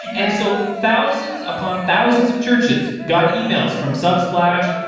and so thousands upon thousands of churches got emails from subsplash,